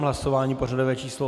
Hlasování pořadové číslo 81.